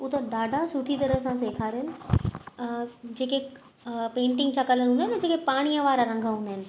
उहो त ॾाढा सुठी तरह सां सेखारिनि जेके पेंटिंग जा कलर हूंदा आहिनि जेके पाणीअ वारा रंग हूंदा आहिनि